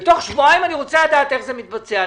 בתוך שבועיים אני רוצה לדעת איך זה מתבצע.